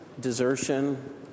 Desertion